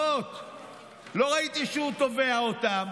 לא ראיתי שהוא תובע אותם.